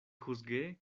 juzgué